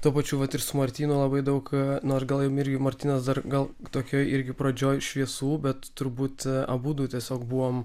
tuo pačiu vat ir su martynu labai daug nors gal jum irgi martynas dar gal tokioj irgi pradžioj šviesų bet turbūt abudu tiesiog buvom